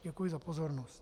Děkuju za pozornost.